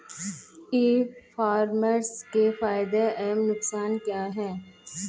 ई commerce के फायदे एवं नुकसान क्या हैं?